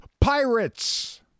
Pirates